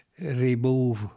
remove